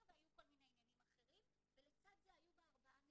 והיו כל מיני עניינים אחרים ולצד זה היו בה ארבעה נערים.